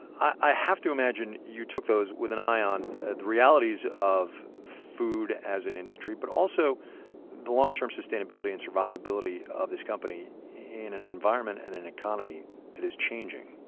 i have to imagine you took those with an eye on the realities of food as an industry but also the long-term sustainability and survivability of this company in an environment and an economy that is changing.